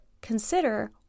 consider